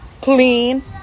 clean